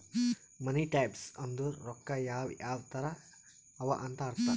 ಮನಿ types ಅಂದುರ್ ರೊಕ್ಕಾ ಯಾವ್ ಯಾವ್ ತರ ಅವ ಅಂತ್ ಅರ್ಥ